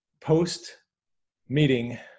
post-meeting